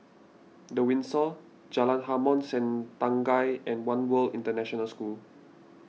the Windsor Jalan Harom Setangkai and one World International School